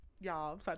Y'all